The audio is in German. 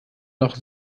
noch